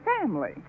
family